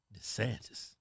DeSantis